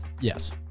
yes